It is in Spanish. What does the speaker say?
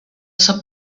esa